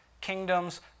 kingdoms